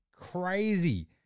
crazy